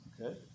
okay